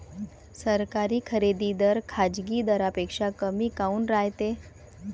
सरकारी खरेदी दर खाजगी दरापेक्षा कमी काऊन रायते?